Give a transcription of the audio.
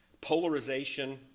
polarization